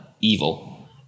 evil